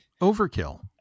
Overkill